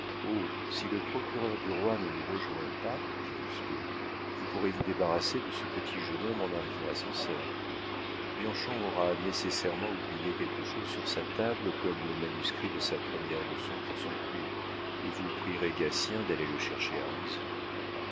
si le procureur du roi ne nous rejoint pas dit lousteau vous pourrez vous débarrasser de ce petit jeune homme en arrivant à sancerre bianchon aura nécessairement oublié quelque chose sur sa table comme le manuscrit de sa première leçon pour son cours et vous prierez gatien d'aller le chercher à